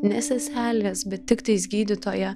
ne seselės bet tiktais gydytoja